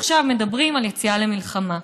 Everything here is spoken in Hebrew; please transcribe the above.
עכשיו מדברים על יציאה למלחמה.